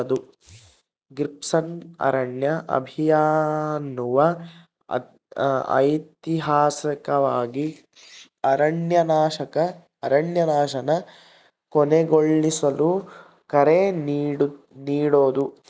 ಗ್ರೀನ್ಪೀಸ್ನ ಅರಣ್ಯ ಅಭಿಯಾನವು ಐತಿಹಾಸಿಕವಾಗಿ ಅರಣ್ಯನಾಶನ ಕೊನೆಗೊಳಿಸಲು ಕರೆ ನೀಡೋದು